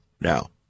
now